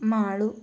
Malu